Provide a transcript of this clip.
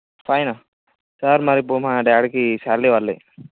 ఫైనా sir మాది ఇప్పుడు మా డాడీకి శాలరీ పడలేదు